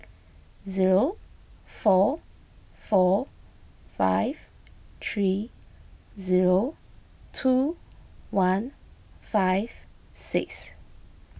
zero four four five three zero two one five six